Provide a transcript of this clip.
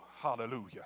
Hallelujah